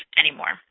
anymore